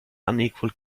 unequal